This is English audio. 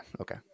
Okay